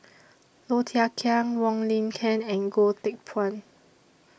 Low Thia Khiang Wong Lin Ken and Goh Teck Phuan